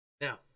Now